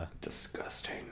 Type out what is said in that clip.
disgusting